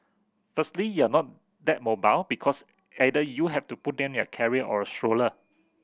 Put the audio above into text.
firstly you're not that mobile because either you have to put them in a carrier or a stroller